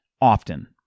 often